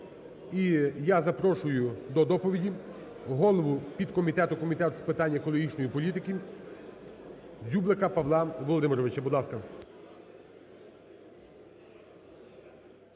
я запрошую до доповіді голову підкомітету Комітету з питань екологічної політики Рибака Івана Петровича.